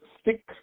stick